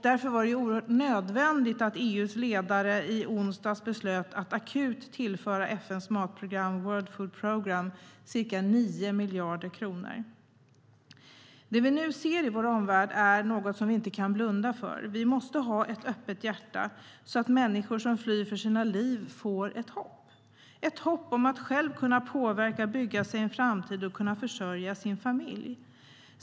Därför var det nödvändigt att EU:s ledare i onsdags beslutade att akut tillföra FN:s matprogram World Food Programme ca 9 miljarder kronor. Det vi nu ser i vår omvärld är något som vi inte kan blunda för. Vi måste ha ett öppet hjärta så att människor som flyr för sina liv får ett hopp - ett hopp om att själva kunna påverka, bygga sig en framtid och försörja sin familj.